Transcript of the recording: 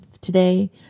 today